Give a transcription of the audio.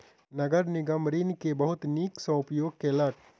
नगर निगम ऋण के बहुत नीक सॅ उपयोग केलक